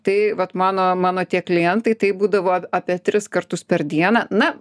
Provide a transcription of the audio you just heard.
tai vat mano mano tie klientai tai būdavo a apie tris kartus per dieną na